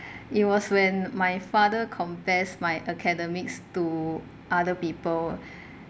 it was when my father confessed my academics to other people